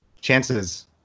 Chances